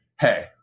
hey